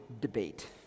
debate